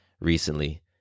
recently